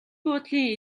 буудлын